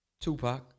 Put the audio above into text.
Tupac